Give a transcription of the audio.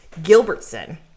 Gilbertson